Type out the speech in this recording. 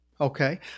Okay